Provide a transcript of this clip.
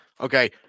okay